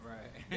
Right